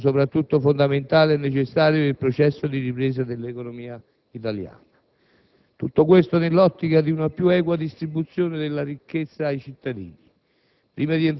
un atto, soprattutto, fondamentale e necessario per il processo di ripresa dell'economia italiana. Tutto questo nell'ottica di una più equa distribuzione della ricchezza ai cittadini.